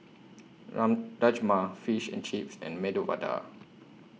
Run Rajma Fish and Chips and Medu Vada